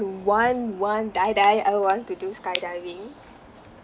want want die die I want to do skydiving